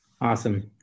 awesome